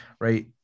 right